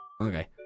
Okay